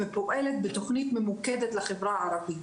ופועלת בתוכנית ממוקדת לחברה הערבית,